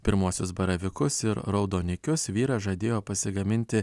pirmuosius baravykus ir raudonikius vyras žadėjo pasigaminti